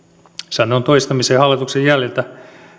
sanon toistamiseen edellisen hallituksen jäljiltä